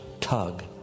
tug